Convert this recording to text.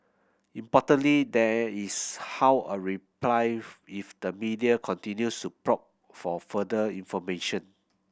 importantly there is how a reply if the media continues to probe for further information